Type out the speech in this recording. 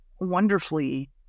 wonderfully